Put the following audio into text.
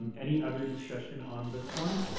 um any other discussion on this one?